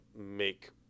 make